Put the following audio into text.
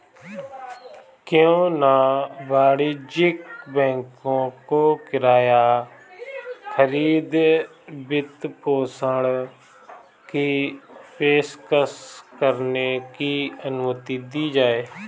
क्यों न वाणिज्यिक बैंकों को किराया खरीद वित्तपोषण की पेशकश करने की अनुमति दी जाए